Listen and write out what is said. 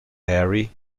hairy